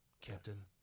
Captain